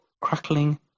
crackling